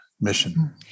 mission